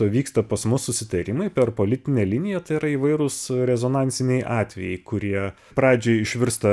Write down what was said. vyksta pas mus susitarimai per politinę liniją tai yra įvairūs rezonansiniai atvejai kurie pradžioj išvirsta didžiulėmis